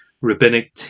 rabbinic